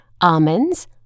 almonds